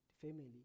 family